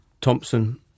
Thompson